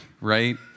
Right